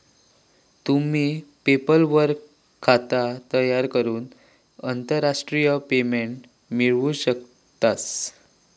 तुम्ही पेपल वर खाता तयार करून आंतरराष्ट्रीय पेमेंट मिळवू शकतास